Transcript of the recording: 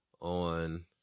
on